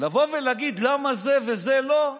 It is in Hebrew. לבוא ולהגיד: למה זה וזה לא?